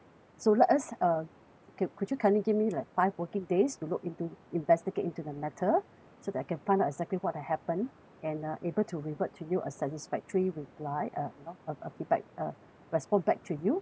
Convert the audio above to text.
so let us uh could could you kindly give me like five working days to look into investigate into the matter so that I can find out exactly what had happened and uh able to revert to you a satisfactory reply uh you know a a feedback uh respond back to you